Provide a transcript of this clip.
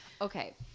Okay